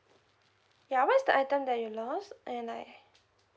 ya what's the item that you lost and like